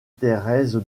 thérèse